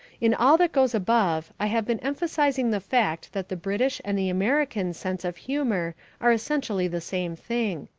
in all that goes above i have been emphasising the fact that the british and the american sense of humour are essentially the same thing.